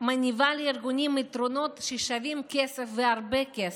מניבה לארגונים יתרונות ששווים כסף והרבה כסף,